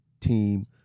team